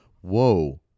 whoa